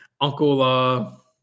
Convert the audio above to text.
Uncle